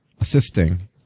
assisting